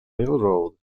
railroad